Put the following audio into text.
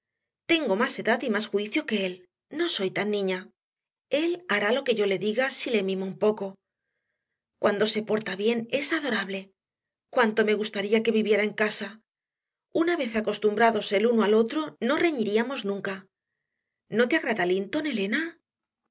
tengo más edad y más juicio que él no soy tan niña él hará lo que yo le diga si le mimo un poco cuando se porta bien es adorable cuánto me gustaría que viviera en casa una vez acostumbrados el uno al otro no reñiríamos nunca no te agrada linton elena